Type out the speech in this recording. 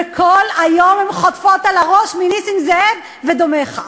וכל היום הן חוטפות על הראש מנסים זאב ודומיך.